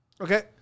Okay